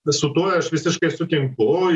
su tuo aš visiškai sutinku